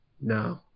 No